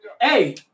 Hey